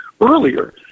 Earlier